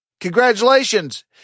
congratulations